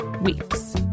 weeks